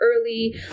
early